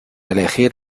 elegir